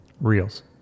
reels